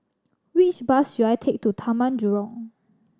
which bus should I take to Taman Jurong